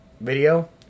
video